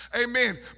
Amen